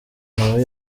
nawe